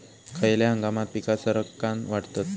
खयल्या हंगामात पीका सरक्कान वाढतत?